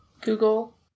Google